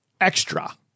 extra